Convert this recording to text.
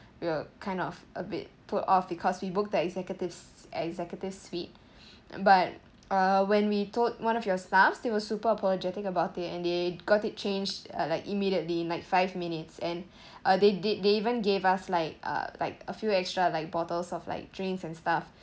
we're kind of a bit put off because we book that executives executive suite but uh when we told one of your staffs they were super apologetic about it and they got it changed uh like immediately like five minutes and uh they did they even gave us like a like a few extra like bottles of like drinks and stuff